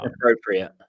Appropriate